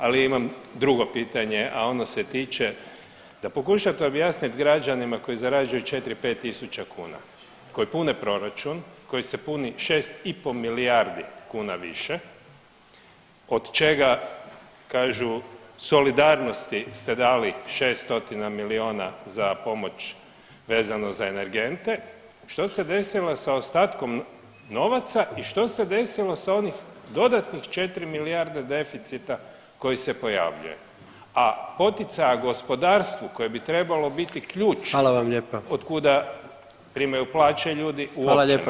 Ali imam drugo pitanje, a ono se tiče da pokušate objasniti građanima koji zarađuju 4, 5 tisuća kuna, koji pune proračun koji se puni 6,5 milijardi kuna više od čega kažu, solidarnosti ste dali 600 milijuna za pomoć vezano za energente, što se desilo sa ostatkom novaca i što se desilo sa onih dodatnih 4 milijarde deficita koji se pojavljuje, a poticaja gospodarstvu koje bi trebalo biti ključ od kuda [[Upadica: Hvala lijepa kolega Brumnić.]] primaju plaće ljudi, uopće nema.